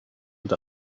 and